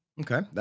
Okay